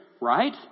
right